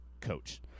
coach